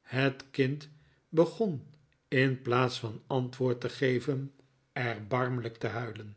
het kind begon in plaats van antwoord te geven erbarmelijk te huilen